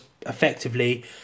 effectively